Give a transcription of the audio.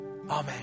Amen